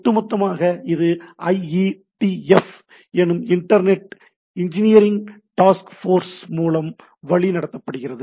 ஒட்டுமொத்தமாக இது ஐஈடிஎஃப் எனும் internet engineering task force Internet Engineering Task Force மூலம் வழி நடத்தப்படுகிறது